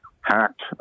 hacked